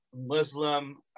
Muslim